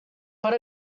but